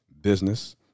business